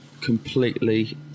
completely